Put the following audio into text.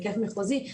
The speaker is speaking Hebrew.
בהיקף מחוזי,